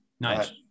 Nice